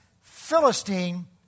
Philistine